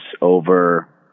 over